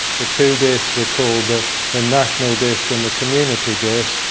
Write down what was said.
the two discs were called the the national disc and the community disc,